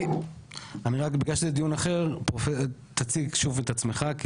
רק בגלל שזה דיון אחר פרופסור תציג שוב את עצמך.